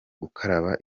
gukaraba